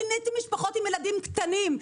פיניתם משפחות עם ילדים קטנים,